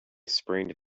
sprained